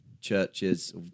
Churches